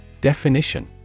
Definition